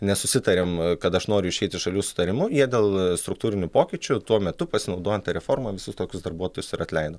nesusitarėm kad aš noriu išeiti šalių sutarimu jie dėl struktūrinių pokyčių tuo metu pasinaudojant tą reforma visus tokius darbuotojus ir atleido